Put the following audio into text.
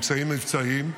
אמצעים מבצעיים,